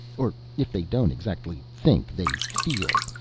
or if they don't exactly think, they feel.